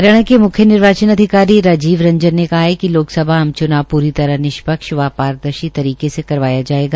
हरियाणा के मुख्य निर्वाचन अधिकारी राजीव रंजन ने कहा है कि लोकसभा आम च्नाव पूरी तरह निष्पक्ष व पारदर्शी तरीके से करवाया जाएगा